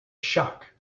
shock